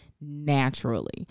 naturally